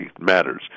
matters